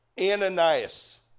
Ananias